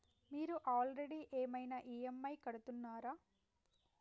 మీరు ఆల్రెడీ ఏమైనా ఈ.ఎమ్.ఐ కడుతున్నారా?